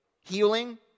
healing